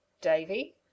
Davy